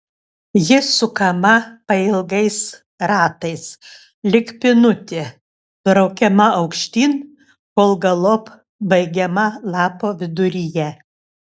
ji sukama pailgais ratais lyg pynutė braukiama aukštyn kol galop baigiama lapo viduryje